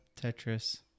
Tetris